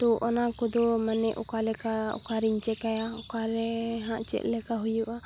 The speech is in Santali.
ᱛᱚ ᱚᱱᱟ ᱠᱚᱫᱚ ᱢᱟᱱᱮ ᱚᱠᱟ ᱞᱮᱠᱟ ᱚᱠᱟᱨᱮᱧ ᱪᱤᱠᱟᱹᱭᱟ ᱚᱠᱟ ᱨᱮ ᱦᱟᱸᱜ ᱪᱮᱫ ᱞᱮᱠᱟ ᱦᱩᱭᱩᱜᱼᱟ